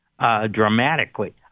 Dramatically